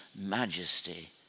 majesty